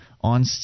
on